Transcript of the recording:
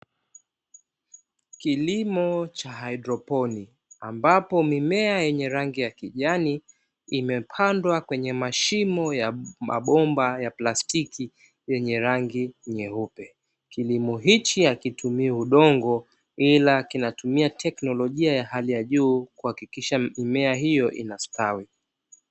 Kilimo cha haidroponi ambapo mimea yenye rangi ya kijani imepandwa kwenye mashimo ya mabomba ya plastiki yenye rangi nyeupe. Kilimo hichi hakitumii udongo ila kinatumia teknolojia ya hali ya juu kuhakikisha mimea hiyo inastawi.